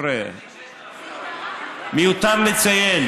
מיותר לציין